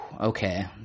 Okay